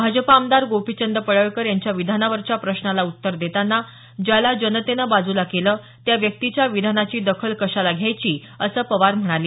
भाजप आमदार गोपीचंद पडळकर यांच्या विधानावरच्या प्रश्नाला उत्तर देताना ज्याला जनतेनं बाजूला केलं त्या व्यक्तीच्या विधानाची दखल कशाला घ्यायची असं पवार म्हणाले